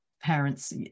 parents